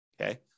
Okay